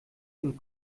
den